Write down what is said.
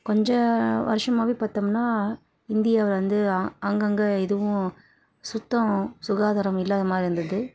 கொஞ்சம் வருஷமாவே பாத்தோம்ன்னா இந்தியாவில் வந்து ஆ ஆங்காங்கே இதுவும் சுத்தம் சுகாதாரம் இல்லாதமாதிரி இருந்தது